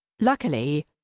Luckily